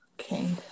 Okay